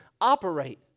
operate